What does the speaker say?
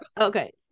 okay